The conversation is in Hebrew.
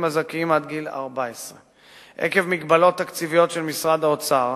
הילדים הזכאים עד גיל 14. עקב מגבלות תקציביות של משרד האוצר,